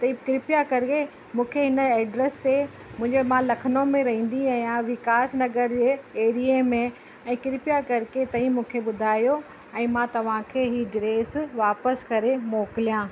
तव्हीं कृपया करे मूंखे हिन एड्रेस ते मुंहिंजे मां लखनऊ में रहंदी आहियां विकास नगर जे एरिये में ऐं कृपया करके तव्हीं मूंखे ॿुधायो ऐं मां तव्हांखे ही ड्रेस वापसि करे मोकिलियां